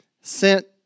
Sent